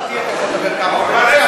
אז מבחינתי אתה יכול לדבר כמה שאתה רוצה.